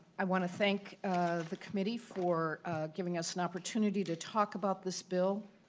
i want to thank the committee for giving us and opportunity to talk about this bill.